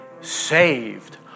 saved